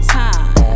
time